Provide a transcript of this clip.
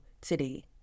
today